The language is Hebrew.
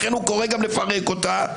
לכן הוא קורא גם לפרק אותה.